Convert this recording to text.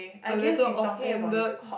a little offended